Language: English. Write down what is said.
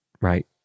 right